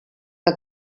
que